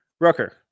rucker